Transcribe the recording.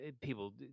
People